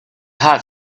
heart